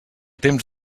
temps